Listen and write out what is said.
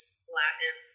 flatten